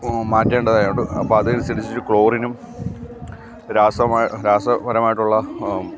മാറ്റേണ്ടതായുണ്ട് അപ്പോൾ അതനുസരിച്ചിട്ട് ക്ലോറിനും രാസപരമായിട്ടുള്ള